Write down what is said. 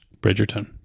Bridgerton